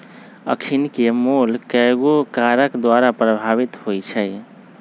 अखनिके मोल कयगो कारक द्वारा प्रभावित होइ छइ